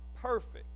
perfect